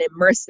immersive